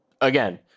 again